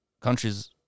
countries